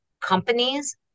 companies